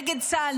נגד צה"ל,